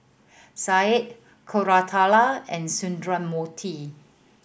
Satya Koratala and Sundramoorthy